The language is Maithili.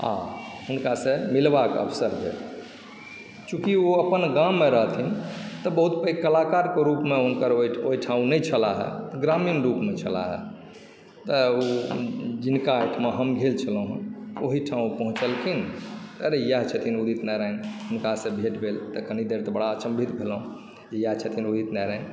आ हुनकासँ मिलवाके अवसर भेटल चूँकि ओ अपन गाममे रहथिन तऽ बहुत पैघ कलाकारके रूपमे ओहिठाम ओ नहि छलाह ग्रामीण रूपमे छलाह तऽ जिनका ओहिठाम हम गेल छलहुँ हँ ओ ओहिठाम ओ पहुँचलखिन अरे इएह छथिन उदित नारायण हुनकासँ भेट भेल कनि देर तऽ बड़ा अचंभित भेलहुँ जे इएह छथिन उदित नारायण